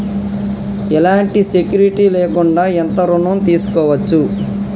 ఎలాంటి సెక్యూరిటీ లేకుండా ఎంత ఋణం తీసుకోవచ్చు?